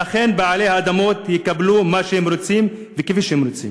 ואכן בעלי האדמות יקבלו מה שהם רוצים וכפי שהם רוצים.